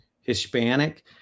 Hispanic